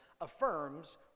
affirms